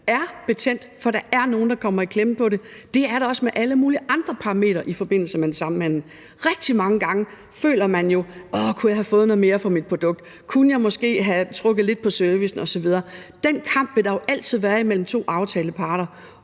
er betændt, for der er nogle, der kommer i klemme på det. Det er der også med alle mulige andre parametre i forbindelse med en samhandel. Rigtig mange gange føler man jo, at man gerne ville have haft noget mere for sit produkt, og at man måske kunne have trukket lidt på servicen osv. Den kamp vil der jo altid være imellem to aftaleparter.